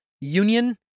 union